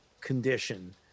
condition